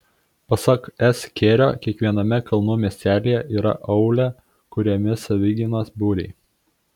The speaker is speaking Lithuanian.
pasak s kėrio kiekviename kalnų miestelyje ir aūle kuriami savigynos būriai